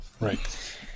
Right